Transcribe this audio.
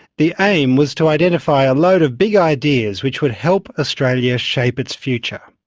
the aim was to identify a load of big ideas which would help australia shape its future.